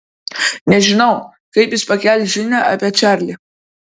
nežinau kaip jis pakels žinią apie čarlį